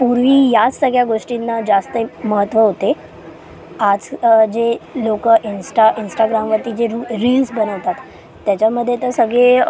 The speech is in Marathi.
पूर्वी ह्याच सगळ्या गोष्टींना जास्त महत्त्व होते आज जे लोकं इंस्टा इंस्टाग्रामवरती जे रु रील्स बनवतात त्याच्यामध्ये तर सगळे